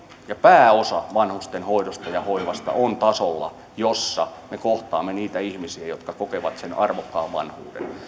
pääosa vanhustenhoidosta ja hoivasta on tasolla jolla me kohtaamme niitä ihmisiä jotka kokevat sen arvokkaan vanhuuden